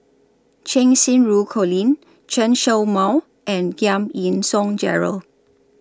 Cheng Xinru Colin Chen Show Mao and Giam Yean Song Gerald